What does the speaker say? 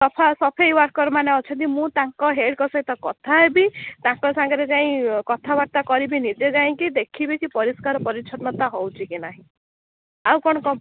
ସଫା ସଫେଇ ୱାର୍କର ମାନେ ଅଛନ୍ତି ମୁଁ ତାଙ୍କ ହେଡ଼ଙ୍କ ସହିତ କଥା ହେବି ତାଙ୍କ ସାଙ୍ଗରେ ଯାଇ କଥାବାର୍ତ୍ତା କରିବି ନିଜେ ଯାଇକି ଦେଖିବି କି ପରିଷ୍କାର ପରିଚ୍ଛନ୍ନତା ହେଉଛି କି ନାହିଁ ଆଉ କ'ଣ